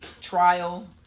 trial